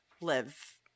live